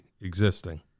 existing